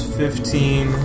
fifteen